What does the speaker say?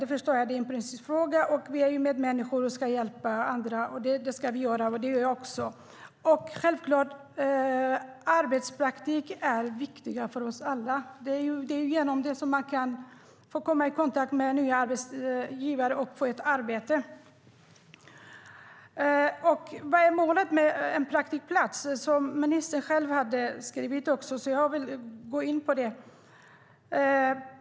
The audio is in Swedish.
Det förstår jag. Vi är medmänniskor och ska hjälpa varandra. Det ska vi göra, och det gör jag också. Självklart är arbetspraktik viktigt för oss alla. Det är genom det man kan komma i kontakt med nya arbetsgivare och få ett arbete. Vad är målet med en praktikplats? Ministern har själv skrivit om det i sitt svar, och jag vill också gå in på det.